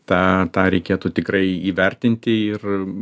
tą tą reikėtų tikrai įvertinti ir